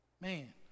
Man